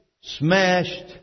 smashed